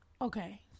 Okay